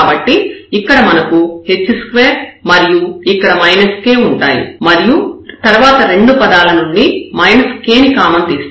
కాబట్టి ఇక్కడ మనకు h2 మరియు ఇక్కడ k ఉంటాయి మరియు తర్వాత రెండు పదాల నుండి k ని కామన్ తీస్తాము